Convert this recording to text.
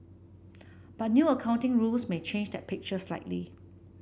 but new accounting rules may change that picture slightly